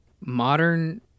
modern